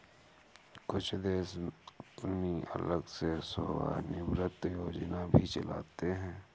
कुछ देश अपनी अलग से सेवानिवृत्त योजना भी चलाते हैं